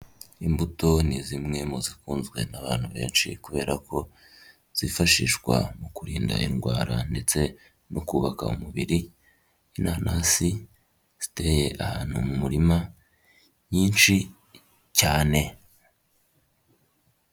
Imbuto ni zimwe mu zikunzwe n'abantu benshi kubera ko zifashishwa mu kurinda indwara ndetse no kubaka umubiri, inanasi ziteye ahantu mu murima nyinshi cyane.